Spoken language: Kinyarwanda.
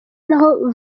naho